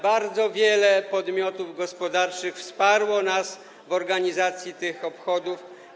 Bardzo wiele podmiotów gospodarczych wsparło nas w organizacji tych obchodów.